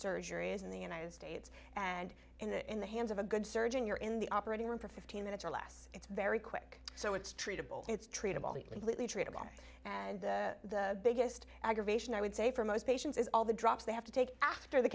surgeries in the united states and in the hands of a good surgeon you're in the operating room for fifteen minutes or less it's very quick so it's treatable it's treatable the completely treatable and the biggest aggravation i would say for most patients is all the drops they have to take after the